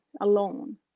alone